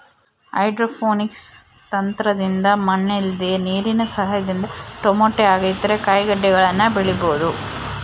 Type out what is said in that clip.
hydroponics ತಂತ್ರದಿಂದ ಮಣ್ಣಿಲ್ದೆ ನೀರಿನ ಸಹಾಯದಿಂದ ಟೊಮೇಟೊ ಹಾಗೆ ಇತರ ಕಾಯಿಗಡ್ಡೆಗಳನ್ನ ಬೆಳಿಬೊದು